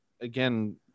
again